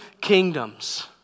kingdoms